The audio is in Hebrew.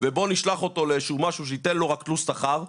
ובוא נשלח אותו לאיזשהו משהו שייתן לו רק תלוש שכר,